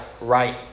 right